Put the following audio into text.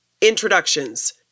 introductions